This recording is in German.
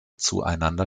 zueinander